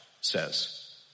says